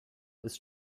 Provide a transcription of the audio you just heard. ist